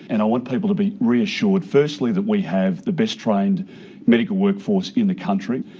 and i what people to be reassured firstly that we have the best trained medical workforce in the country,